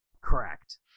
Correct